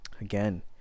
Again